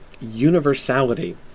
universality